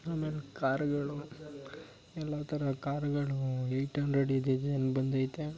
ಆಮೇಲೆ ಕಾರುಗಳು ಎಲ್ಲ ಥರ ಕಾರುಗಳೂ ಏಯ್ಟ್ ಅಂಡ್ರೆಡ್ ಇದ್ದಿದ್ ಏನು ಬಂದೈತೆ